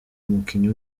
umukinnyi